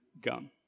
gum